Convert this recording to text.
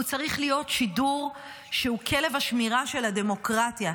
הוא צריך להיות שידור שהוא כלב השמירה של הדמוקרטיה,